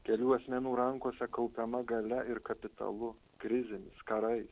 kelių asmenų rankose kaupiama galia ir kapitalu krizėmis karais